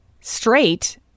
straight